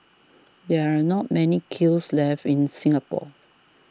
there are not many kilns left in Singapore